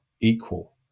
equal